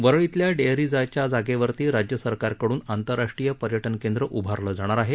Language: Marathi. वरळीतल्या डेअरीच्या जागेवर राज्य सरकारकडून आंतरराष्ट्रीय पर्यात केंद्र उभारलं जाणार आहे